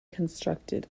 constructed